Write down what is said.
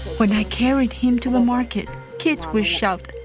when i carried him to the market, kids were shouting.